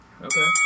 Okay